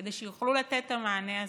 כדי שיוכלו לתת את המענה הזה.